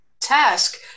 task